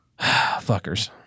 fuckers